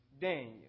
Daniel